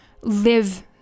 live